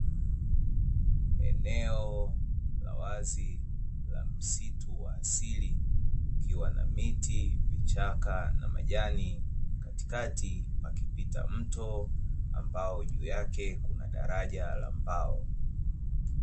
Eneo la wazi la msitu wa asili; ukiwa na miti, vichaka na majani. Katikati pakipita mto ambao juu yake kuna daraja la mbao.